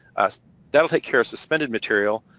that'll take care of suspended material,